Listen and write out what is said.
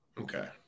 Okay